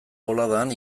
boladan